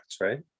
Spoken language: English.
right